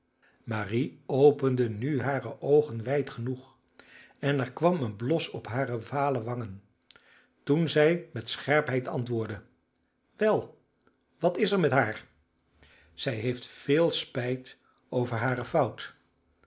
marie opende nu hare oogen wijd genoeg en er kwam een blos op hare vale wangen toen zij met scherpheid antwoordde wel wat is er met haar zij heeft veel spijt over hare fout